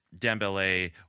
Dembele